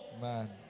man